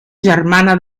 germana